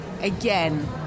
again